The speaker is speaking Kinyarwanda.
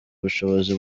ubushobozi